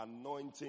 anointing